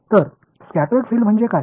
तर scattered field म्हणजे काय